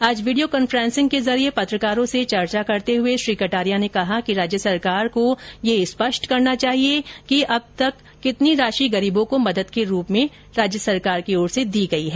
आज video conferencing के जरिए पत्रकारों से चर्चा करते हुए श्री कटारिया ने कहा कि राज्य सरकार को ये स्पष्ट करना चाहिए कि अब तक कितनी राशि गरीबों को मंदद के रूप में दी गई है